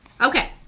okay